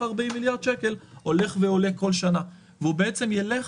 ה-40 מיליארד שקל הולך ועולה כל שנה והוא בעצם יילך